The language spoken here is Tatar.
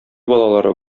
балалары